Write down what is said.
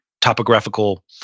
topographical